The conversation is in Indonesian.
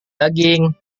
daging